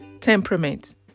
temperament